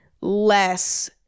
less